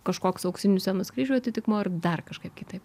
kažkoks auksinių scenos kryžių atitikmuo ar dar kažkaip kitaip